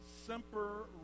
semper